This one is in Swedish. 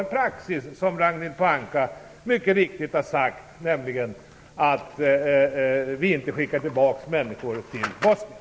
Vi har, som Ragnhild Pohanka mycket riktigt har sagt, en praxis att inte skicka tillbaka människor till Bosnien.